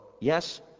yes